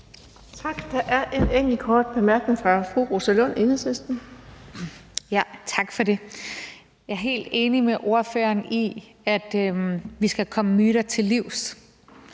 Tak. Der er en enkelt kort bemærkning fra fru Rosa Lund, Enhedslisten. Kl. 16:48 Rosa Lund (EL): Tak for det. Jeg er helt enig med ordføreren i, at vi skal komme myter til livs,